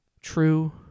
true